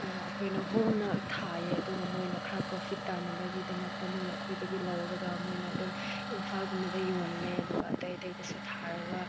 ꯑꯩꯈꯣꯏꯅ ꯍꯣꯡꯅ ꯊꯥꯏꯌꯦ ꯑꯗꯨꯒ ꯃꯣꯏꯅ ꯈꯔ ꯄ꯭ꯔꯣꯐꯤꯠ ꯇꯥꯟꯅꯕꯒꯤꯗꯃꯛꯇ ꯃꯣꯏꯅ ꯑꯩꯈꯣꯏꯗꯒꯤ ꯂꯧꯔꯒ ꯃꯣꯏꯅ ꯑꯗꯨꯝ ꯏꯝꯐꯥꯜꯒꯨꯝꯕꯗ ꯌꯣꯜꯂꯦ ꯑꯗꯨꯒ ꯑꯇꯩ ꯑꯇꯩꯗꯁꯨ ꯊꯥꯔꯒ